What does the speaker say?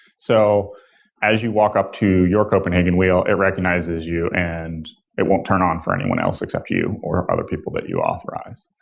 so as you walk up to your copenhagen wheel, it recognizes you and it won't turn on for anyone else except you you or other people that you authorize.